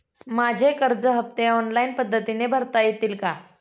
माझे कर्ज हफ्ते ऑनलाईन पद्धतीने भरता येतील का?